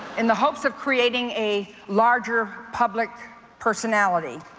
in the hopes of creating a larger public personality.